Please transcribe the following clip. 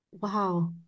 Wow